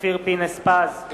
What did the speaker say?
אופיר פינס-פז,